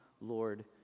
Lord